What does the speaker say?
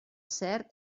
cert